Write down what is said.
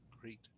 Great